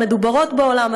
המדוברות בעולם.